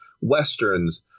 westerns